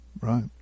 right